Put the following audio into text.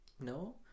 No